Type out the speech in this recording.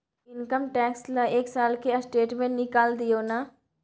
Income tax ल एक साल के स्टेटमेंट निकैल दियो न?